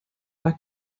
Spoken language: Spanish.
las